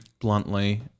bluntly